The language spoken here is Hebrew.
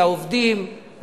לעובדים,